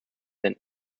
than